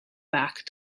back